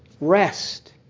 Rest